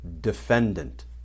defendant